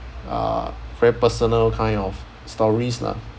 uh very personal kind of stories lah